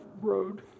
road